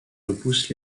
repousse